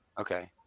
Okay